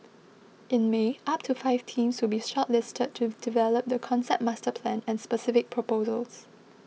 in May up to five teams will be shortlisted to develop the concept master plan and specific proposals